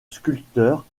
sculpteur